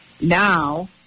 Now